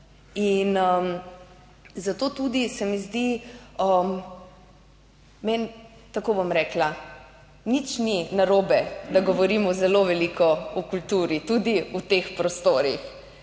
In zato tudi se mi zdi meni, tako bom rekla, nič ni narobe, da govorimo zelo veliko o kulturi tudi v teh prostorih.